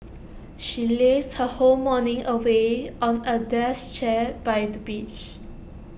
she lazed her whole morning away on A dash chair by the beach